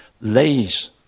lays